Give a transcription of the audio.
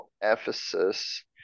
Ephesus